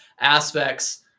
aspects